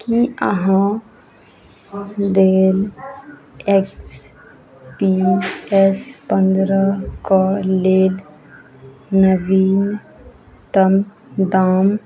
की अहाँ Dell X P S पन्द्रहके लेल नवीनतम दाम